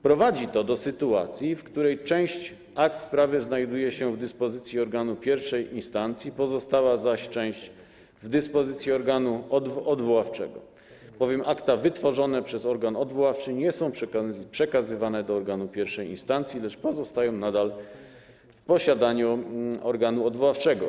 Prowadzi to do sytuacji, w której część akt sprawy znajduje się w dyspozycji organu pierwszej instancji, pozostała zaś część w dyspozycji organu odwoławczego, bowiem akta wytworzone przez organ odwoławczy nie są przekazywane do organu pierwszej instancji, lecz pozostają nadal w posiadaniu organu odwoławczego.